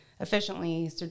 efficiently